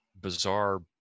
bizarre